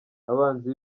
abanzi